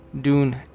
Dune